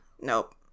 Nope